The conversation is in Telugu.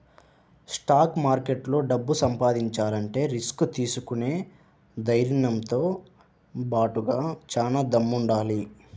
స్టాక్ మార్కెట్లో డబ్బు సంపాదించాలంటే రిస్క్ తీసుకునే ధైర్నంతో బాటుగా చానా దమ్ముండాలి